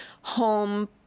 home